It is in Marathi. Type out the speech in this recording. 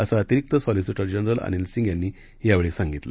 असं अतिरिक्त सॉलिसिटर जनरल अनिलसिंग यांनी यावेळी सांगितलं